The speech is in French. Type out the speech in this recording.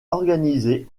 organisé